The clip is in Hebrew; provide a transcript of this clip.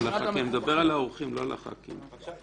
האורחים, לא חברי הכנסת.